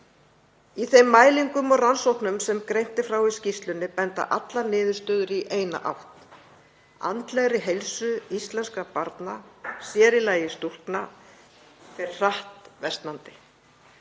Í þeim mælingum og rannsóknum sem greint er frá í skýrslunni benda allar niðurstöður í eina átt. Andleg heilsa íslenskra barna, sér í lagi stúlkna, fer hratt versnandi.